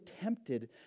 tempted